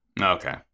Okay